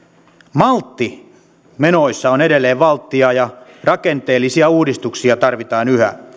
maltti menoissa on edelleen valttia ja rakenteellisia uudistuksia tarvitaan yhä